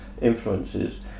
influences